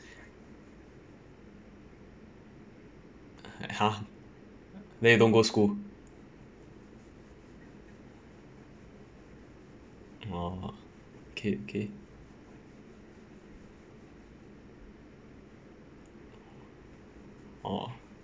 !huh! then you don't go school orh okay okay orh